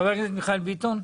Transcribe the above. חבר הכנסת מיכאל ביטון.